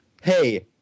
hey